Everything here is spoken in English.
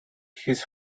his